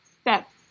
steps